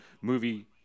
movie